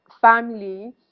family